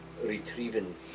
retrieving